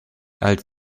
als